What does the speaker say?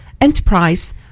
enterprise